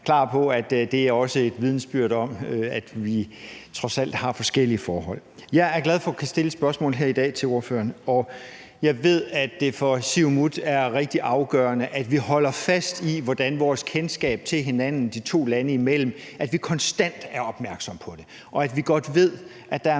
klar over; det er også et vidnesbyrd om, at vi trods alt har forskellige forhold. Jeg er glad for at kunne stille spørgsmål til ordføreren her i dag. Jeg ved, at det for Siumut er rigtig afgørende, at vi holder fast i, hvordan vores kendskab til hinanden de to lande imellem er, og at vi konstant er opmærksomme på det; og at vi godt ved, at der er